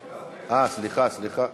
רק רגע, סליחה, סליחה.